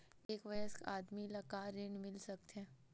एक वयस्क आदमी ला का ऋण मिल सकथे?